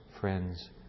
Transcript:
friends